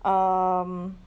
um